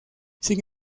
sin